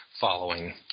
following